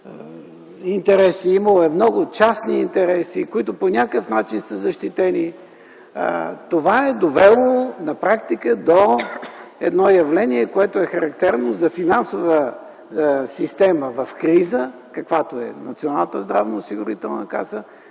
интереси, имало е много частни интереси, които по някакъв начин са защитени. Това е довело на практика до едно явление, което е характерно за финансова система в криза, каквато е Националната здравноосигурителна каса.